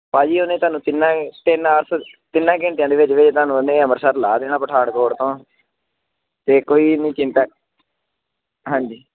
ਭਾਅ ਜੀ ਉਹਨੇ ਤੁਹਾਨੂੰ ਤਿੰਨਾਂ ਤਿੰਨ ਆਰਸ ਤਿੰਨਾਂ ਘੰਟਿਆਂ ਦੇ ਵਿੱਚ ਵਿੱਚ ਤੁਹਾਨੂੰ ਓਹਨੇ ਅੰਮ੍ਰਿਤਸਰ ਲਾ ਦੇਣਾ ਪਠਾਣਕੋਟ ਤੋਂ ਅਤੇ ਕੋਈ ਨਹੀਂ ਚਿੰਤਾ ਹਾਂਜੀ